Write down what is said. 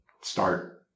start